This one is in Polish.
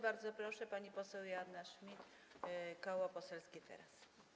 Bardzo proszę, pani poseł Joanna Schmidt, Koło Poselskie Teraz!